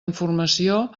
informació